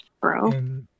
bro